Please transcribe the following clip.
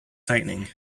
tightening